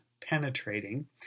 penetrating